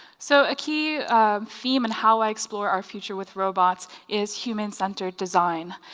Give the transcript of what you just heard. so a key theme and how i explore our future with robots is human-centered design,